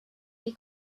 est